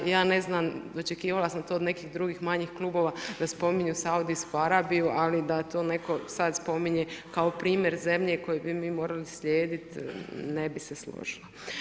Ja ne znam očekivala sam to od nekih drugih manjih klubova da spominju Saudijsku Arabiju, ali da to neko sada spominje kao primjer zemlje koju bi mi morali slijediti, ne bih se složila.